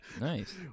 Nice